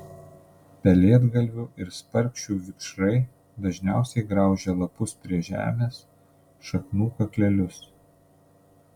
pelėdgalvių ir sprakšių vikšrai dažniausiai graužia lapus prie žemės šaknų kaklelius